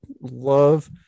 love